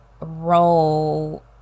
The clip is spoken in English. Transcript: role